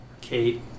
Kate